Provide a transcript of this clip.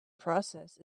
process